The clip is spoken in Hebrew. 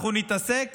אנחנו נתעסק